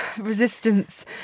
resistance